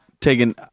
taking